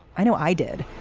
i know i did.